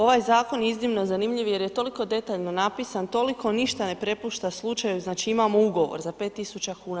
Ovaj zakon je iznimno zanimljiv, jer je toliko detaljno napisan, toliko ništa ne prepušta slučaju, znači imamo ugovor za 5000 kn.